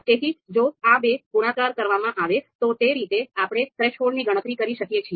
તેથી જો આ બેનો ગુણાકાર કરવામાં આવે તો તે રીતે આપણે થ્રેશોલ્ડની ગણતરી કરી શકીએ છીએ